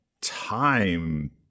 time